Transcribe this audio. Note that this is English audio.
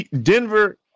Denver